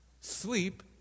Sleep